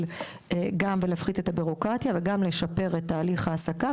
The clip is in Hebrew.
גם בלהפחית את הבירוקרטיה וגם לשפר את תהליך ההעסקה,